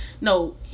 no